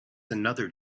another